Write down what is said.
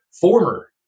Former